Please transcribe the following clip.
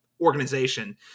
organization